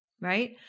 right